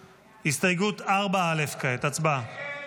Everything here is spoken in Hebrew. הסתייגות 4 לחלופין א לא נתקבלה.